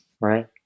right